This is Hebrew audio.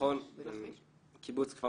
קיבוץ כפר